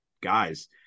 guys